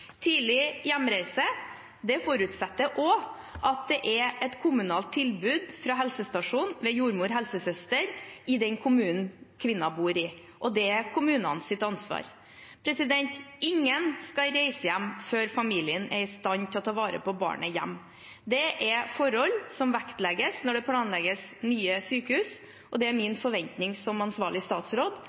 Tidlig hjemreise forutsetter også at det er et kommunalt tilbud fra helsestasjonen ved jordmor/helsesøster i den kommunen kvinnen bor i. Det er kommunenes ansvar. Ingen skal reise hjem før familien er i stand til å ta vare på barnet hjemme. Dette er forhold som vektlegges når det planlegges nye sykehus, og det er min forventning som ansvarlig statsråd